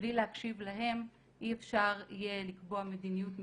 שבלי להקשיב להם אי אפשר יהיה לקבוע מדיניות מיטבית.